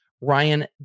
Ryan